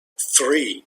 three